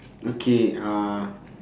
okay uh